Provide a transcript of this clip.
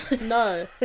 no